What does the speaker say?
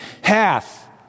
hath